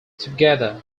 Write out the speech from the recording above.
together